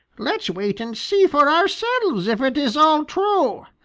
let's wait and see for ourselves if it is all true.